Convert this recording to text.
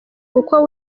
kuko